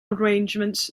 arrangements